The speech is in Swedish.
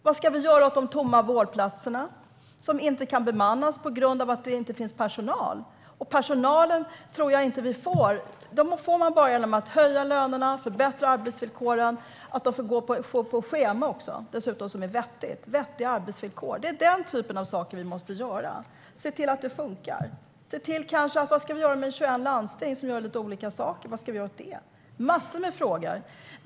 Vad ska vi göra åt de tomma vårdplatserna, som inte kan bemannas eftersom det inte finns personal? Personalen tror jag inte att vi får. Personalen får man bara genom att höja lönerna och förbättra arbetsvillkoren samt genom att låta personalen gå på vettiga scheman. Det är den typen av saker som vi måste göra. Vi måste se till att det funkar. Vi har 21 landsting som gör lite olika saker - vad ska vi göra åt det? Det finns massor av frågor.